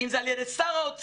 אם זה על ידי שר האוצר,